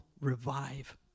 Revive